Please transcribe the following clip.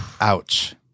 Ouch